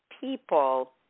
people